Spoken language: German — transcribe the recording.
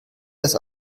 das